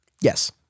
Yes